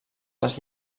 les